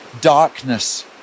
darkness